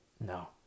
no